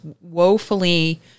woefully